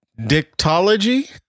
Dictology